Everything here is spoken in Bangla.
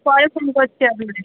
পরে ফোন করছি আপনাকে